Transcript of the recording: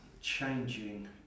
changing